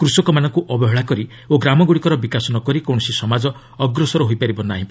କୃଷକମାନଙ୍କୁ ଅବହେଳା କରି ଓ ଗ୍ରାମଗୁଡ଼ିକର ବିକାଶ ନ କରି କୌଣସି ସମାଜ ଅଗ୍ରସର ହୋଇପାରିବ ନାହିଁ